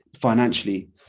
financially